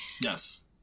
Yes